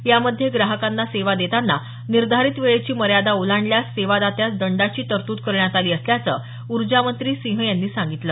यामध्ये ग्राहकांना सेवा देतांना निर्धारित वेळेची मर्यादा ओलांडल्यास सेवादात्यास दंडाची तरतूद करण्यात आली असल्याचं ऊजो मंत्री सिंह यांनी सांगितलं